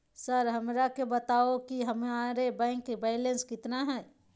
Sir हमरा के बताओ कि हमारे बैंक बैलेंस कितना है?